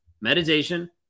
Meditation